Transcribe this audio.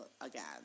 again